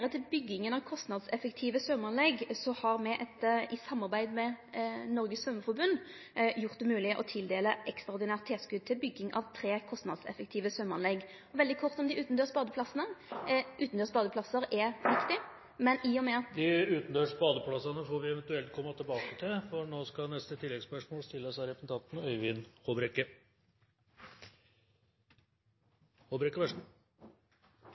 til bygging av kostnadseffektive symjeanlegg har me i samarbeid med Noregs Symjeforbund gjort det mogleg å tildele ekstraordinært tilskot til bygging av tre kostnadseffektive symjeanlegg. Veldig kort om utandørs badeplassar: Utandørs badeplassar er viktig, men i og med at … De utendørs badeplassene får vi eventuelt komme tilbake til, for nå er neste